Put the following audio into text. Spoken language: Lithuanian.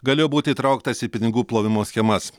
galėjo būti įtrauktas į pinigų plovimo schemas